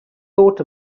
thought